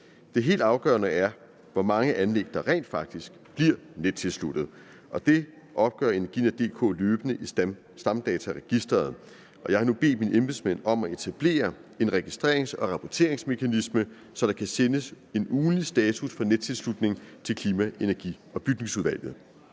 Det helt afgørende er, hvor mange anlæg der rent faktisk bliver nettilsluttet, og det opgør Energinet.dk løbende i stamdataregisteret. Jeg har nu bedt mine embedsmænd om at etablere en registrerings- og rapporteringsmekanisme, så der kan sendes en ugentlig status for nettilslutning til Klima-, Energi- og Bygningsudvalget.